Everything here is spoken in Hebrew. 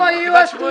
איפה יהיו הסטודנטים?